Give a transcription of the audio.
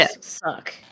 suck